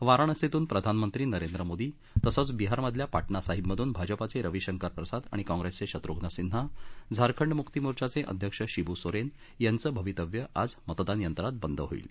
वाराणसीतून प्रधानमंत्री नरेंद्र मोदी तसंच बिहारमधल्या पाटणासाहिबमधून भाजपाचे रविशंकर प्रसाद आणि काँप्रेसचे शत्रुघ्न सिंन्हा झारखंड मुक्ती मोर्चाचे अध्यक्ष शिब् सोरेन यांचं भवितव्य आज मतदानयंत्रात बंद होईल